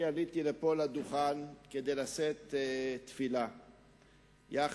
אני עליתי לפה לדוכן כדי לשאת תפילה יחד